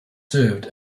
served